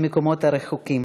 מהמקומות הרחוקים.